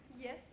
Yes